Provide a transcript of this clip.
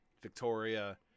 Victoria